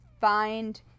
find